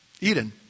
Eden